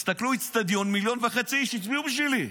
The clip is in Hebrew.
תסתכלו על אצטדיון שבו 1.5 מיליון איש הצביעו בשבילי.